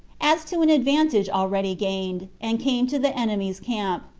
as to an advantage already gained, and came to the enemy's camp,